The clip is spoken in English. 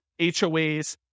HOAs